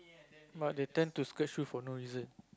but they tend to scratch you for no reason